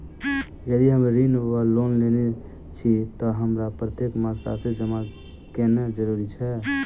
यदि हम ऋण वा लोन लेने छी तऽ हमरा प्रत्येक मास राशि जमा केनैय जरूरी छै?